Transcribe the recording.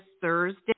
Thursday